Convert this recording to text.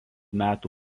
metų